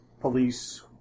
police